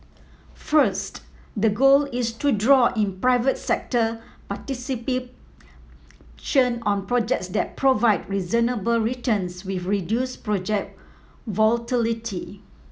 first the goal is to draw in private sector participation on projects that provide reasonable returns with reduced project volatility